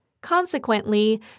Consequently